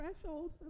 threshold